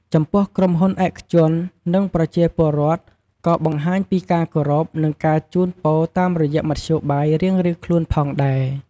ចំពោះ ក្រុមហ៊ុនឯកជន និងប្រជាពលរដ្ឋក៏បង្ហាញពីការគោរព និងការជូនពរតាមរយៈមធ្យោបាយរៀងៗខ្លួនផងដែរ។